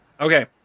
Okay